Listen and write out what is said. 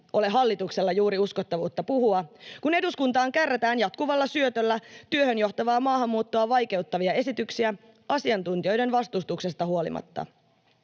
ole hallituksella juuri uskottavuutta puhua, kun eduskuntaan kärrätään jatkuvalla syötöllä työhön johtavaa maahanmuuttoa vaikeuttavia esityksiä asiantuntijoiden vastustuksesta huolimatta.